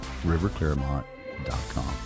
riverclaremont.com